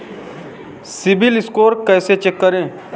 CIBIL score कैसे check करें?